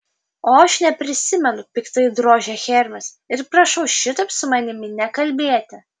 o aš neprisimenu piktai drožia hermis ir prašau šitaip su manimi nekalbėti